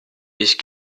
ich